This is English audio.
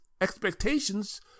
expectations